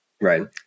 right